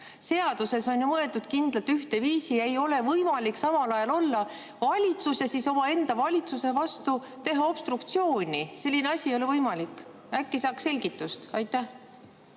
Seaduses on ju mõeldud ühte kindlat viisi, ei ole võimalik samal ajal olla valitsus ja siis omaenda valitsuse vastu teha obstruktsiooni. Selline asi ei ole võimalik. Äkki saaks selgitust? Ma